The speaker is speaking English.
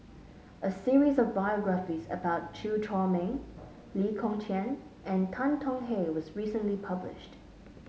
a series of biographies about Chew Chor Meng Lee Kong Chian and Tan Tong Hye was recently published